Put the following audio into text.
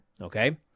okay